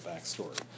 backstory